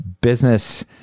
business